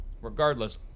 Regardless